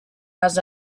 has